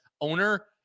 owner